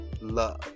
Love